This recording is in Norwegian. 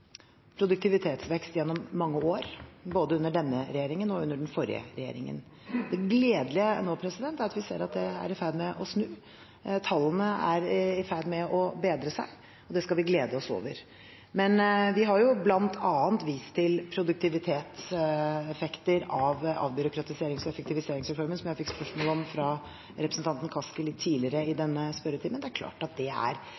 produktivitetsvekst gjennom mange år, både under denne regjeringen og under den forrige regjeringen. Det gledelige nå er at vi ser at det er i ferd med å snu. Tallene er i ferd med å bedre seg. Det skal vi glede oss over. Men vi har jo bl.a. vist til produktivitetseffekter av avbyråkratiserings- og effektiviseringsreformen, som jeg fikk spørsmål om fra representanten Kaski litt tidligere i denne spørretimen. Det er